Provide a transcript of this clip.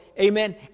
Amen